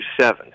seven